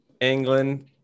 England